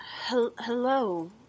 Hello